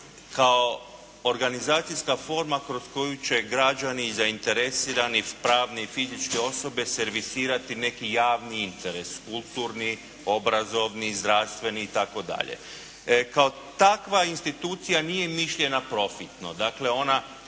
kao organizacijska forma kroz koju će građani zainteresirani pravne i fizičke osobe servisirati neki javni interes, kulturni, obrazovni, zdravstveni itd.. Kao takva institucija nije mišljena profitno,